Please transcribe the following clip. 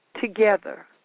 together